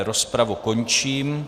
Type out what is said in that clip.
Rozpravu končím.